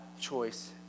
choice